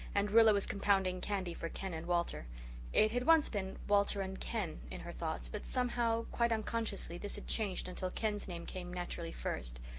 and rilla was compounding candy for ken and walter it had once been walter and ken in her thoughts but somehow, quite unconsciously, this had changed until ken's name came naturally first.